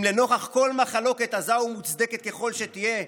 אם לנוכח כל מחלוקת, עזה ומוצדקת ככל שתהיה,